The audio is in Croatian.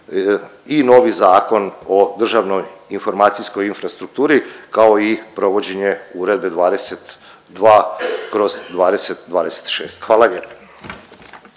i novi Zakon o državnoj informacijskoj infrastrukturi kao i provođenje Uredbe 2022/2026. Hvala lijepo.